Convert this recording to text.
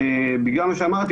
בגלל מה שאמרתי,